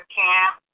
camp